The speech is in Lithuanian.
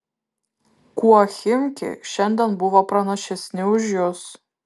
kuo chimki šiandien buvo pranašesni už jus